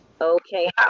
Okay